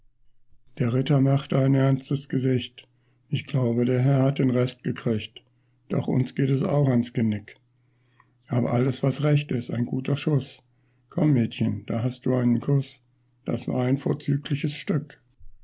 der ritter machte ein ernstes gesicht ich glaube der herr hat den rest gekriegt doch uns geht es auch ans genick aber alles was recht ist ein guter schuß komm mädchen da hast du einen kuß das war ein vorzügliches stück